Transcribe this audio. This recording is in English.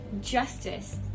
justice